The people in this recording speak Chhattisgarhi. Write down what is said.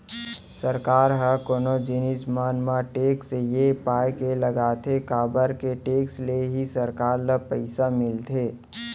सरकार ह कोनो जिनिस मन म टेक्स ये पाय के लगाथे काबर के टेक्स ले ही सरकार ल पइसा मिलथे